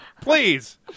Please